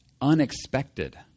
unexpected